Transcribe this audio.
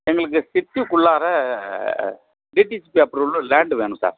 எங்களுக்கு சிட்டிக் குள்ளார டிடிசிபி அப்ருவலில் லேண்டு வேணும் சார்